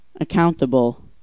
accountable